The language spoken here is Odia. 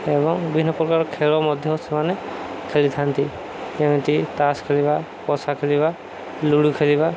ଏବଂ ବିଭିନ୍ନ ପ୍ରକାର ଖେଳ ମଧ୍ୟ ସେମାନେ ଖେଳିଥାନ୍ତି ଯେମିତି ତାସ ଖେଳିବା ପଶା ଖେଳିବା ଲୁଡ଼ୁ ଖେଳିବା